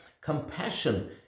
compassion